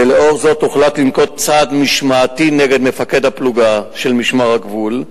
ולאור זאת הוחלט לנקוט צעד משמעתי נגד מפקד הפלוגה של משמר הגבול.